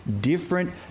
different